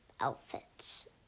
outfits